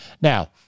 Now